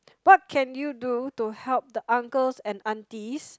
what can you do to help the uncles and aunties